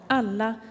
alla